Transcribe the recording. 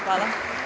Hvala.